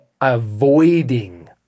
Avoiding